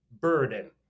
burden